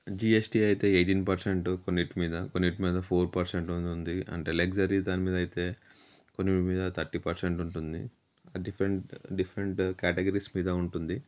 GST అయితే eighteen percent కొన్నిటిమీద కొన్నిటిమీద ఫోర్ పర్సెంట్ ఉంది అంటే లగ్జరీ దాని మీద అయితే కొన్నిటిమీద తర్టీ పర్సెంట్ ఉంటుంది డిఫరెంట్ డిఫరెంట్ క్యాటగిరీస్ మీద ఉంటుంది